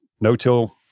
no-till